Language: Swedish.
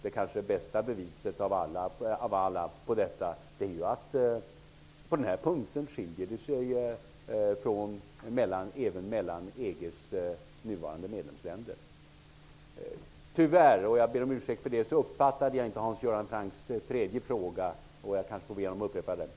Det kanske allra bästa beviset för detta är att det på den här punkten även skiljer sig mellan EG:s nuvarande medlemsländer. Tyvärr, uppfattade jag inte Hans Göran Francks tredje fråga, vilket jag ber om ursäkt för. Får jag be Hans Göran Franck upprepa frågan!